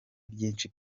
byinshi